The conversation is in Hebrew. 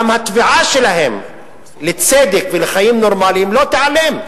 גם התביעה שלהם לצדק ולחיים נורמליים לא תיעלם.